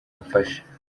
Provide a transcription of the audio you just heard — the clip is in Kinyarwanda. mfasha